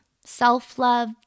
self-love